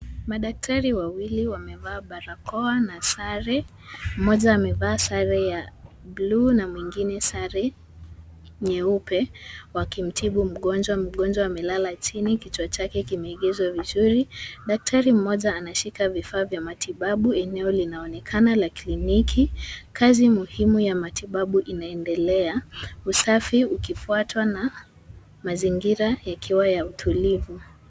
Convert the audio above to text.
Madaktari wawili wamevaa barakoa na sare. Mmoja amevaa sare ya bluu na mwingine sare nyeupe wakimtibu mgonjwa. Mgonjwa amelala chini kichwa chake kimeegezwa vizuri. Daktari mmoja anashika vifaa vya matibabu. Eneo linaonekana la kliniki. Kazi muhimu ya matibabu inaendelea, usafi ukifuatwa na mazingira yakiwa ya utulivu.